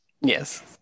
Yes